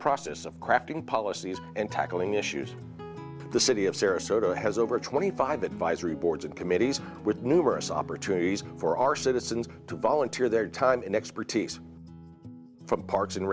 process of crafting policies and tackling issues the city of sarasota has over twenty five advisory boards and committees with numerous opportunities for our citizens to volunteer their time and expertise from parks and